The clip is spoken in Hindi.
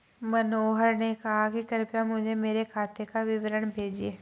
मनोहर ने कहा कि कृपया मुझें मेरे खाते का विवरण भेजिए